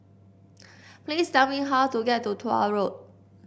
please tell me how to get to Tuah Road